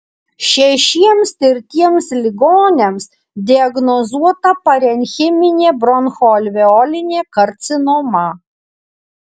šešiems tirtiems ligoniams diagnozuota parenchiminė bronchoalveolinė karcinoma